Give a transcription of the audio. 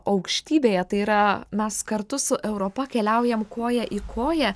aukštybėje tai yra mes kartu su europa keliaujam koja į koją